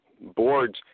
boards